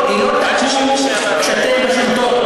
אני לא יודע --- היא לא תקום כשאתם בשלטון,